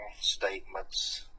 statements